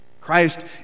Christ